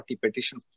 petition